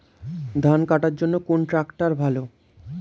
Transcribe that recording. ধান কাটার জন্য কোন ট্রাক্টর ভালো?